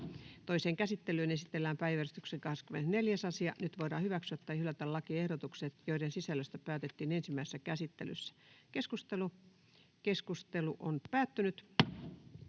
Toiseen käsittelyyn esitellään päiväjärjestyksen 15. asia. Nyt voidaan hyväksyä tai hylätä lakiehdotukset, joiden sisällöstä päätettiin ensimmäisessä käsittelyssä. — Keskustelua, edustaja